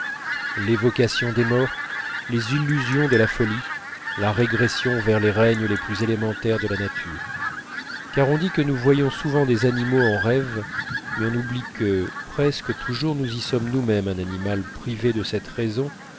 l'évocation des morts les illusions de la folie la régression vers les règnes les plus élémentaires de la nature car on dit que nous voyons souvent des animaux en rêve mais on oublie presque toujours que nous y sommes nous-même un animal privé de cette raison